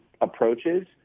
Approaches